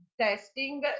testing